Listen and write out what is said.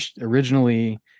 originally